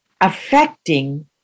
affecting